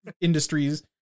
industries